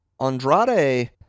Andrade